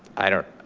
i don't,